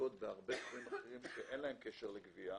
עוסקות בתחומים רבים אחרים שאין להם קשר לגבייה,